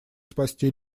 спасти